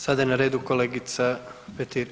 Sada je na redu kolegica Petir.